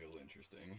interesting